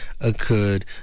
occurred